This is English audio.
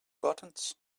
buttons